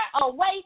away